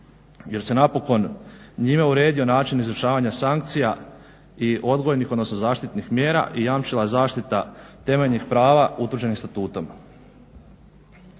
jer se napokon njime uredio način izvršavanja sankcija i odgojnih odnosno zaštitnih mjera i jamčila zaštita temeljnih prava utvrđenih Statutom.